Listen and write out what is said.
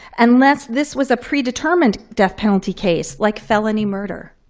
and unless this was a pre-determined death penalty case, like felony murder.